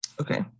Okay